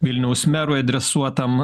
vilniaus merui adresuotam